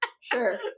Sure